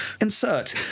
insert